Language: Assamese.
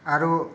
আৰু